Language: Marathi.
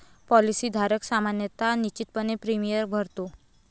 पॉलिसी धारक सामान्यतः नियमितपणे प्रीमियम भरतो